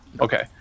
Okay